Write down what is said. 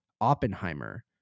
Oppenheimer